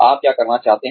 आप क्या करना चाहते हैं